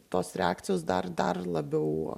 tos reakcijos dar dar labiau